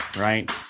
right